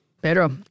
Pedro